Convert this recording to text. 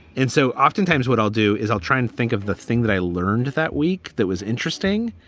and so oftentimes what i'll do is i'll try and think of the thing that i learned that week that was interesting.